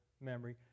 memory